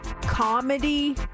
comedy